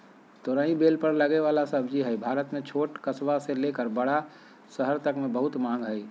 तोरई बेल पर लगे वला सब्जी हई, भारत में छोट कस्बा से लेकर बड़ा शहर तक मे बहुत मांग हई